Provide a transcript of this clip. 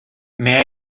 may